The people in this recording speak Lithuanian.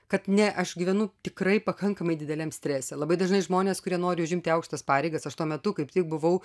kad ne aš gyvenu tikrai pakankamai dideliam strese labai dažnai žmonės kurie nori užimti aukštas pareigas aš tuo metu kaip tik buvau